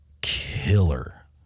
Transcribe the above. killer